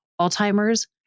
Alzheimer's